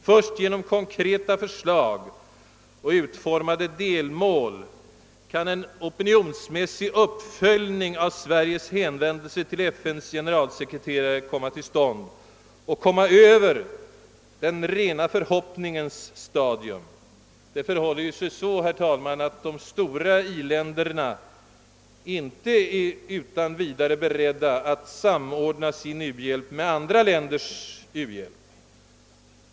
Först genom konkreta förslag och utformade delmål kan en opinionsmässig uppföljning av Sveriges hänvändelse till FN:s generalsekreterare komma till stånd och passera förbi den rena förhoppningens stadium. Det förhåller sig ju nämligen så, herr talman, att de stora i-länderna inte utan vidare är beredda att samordna sin uhjälp med andra länders.